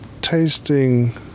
tasting